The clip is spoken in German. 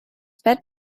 bett